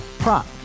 Prop